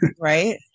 Right